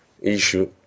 issue